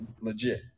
legit